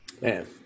man